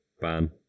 ban